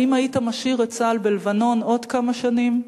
האם היית משאיר את צה"ל בלבנון עוד כמה שנים?